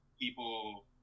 people